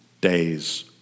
day's